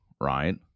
right